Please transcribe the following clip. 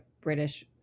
British